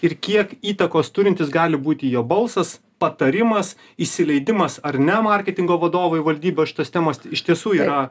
ir kiek įtakos turintis gali būti jo balsas patarimas įsileidimas ar ne marketingo vadovo į valdybą šitos temos iš tiesų yra